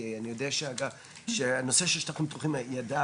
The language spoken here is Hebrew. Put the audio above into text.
כי אני יודע שהנושא של שטחים פתוחים ידע